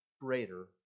greater